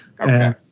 Okay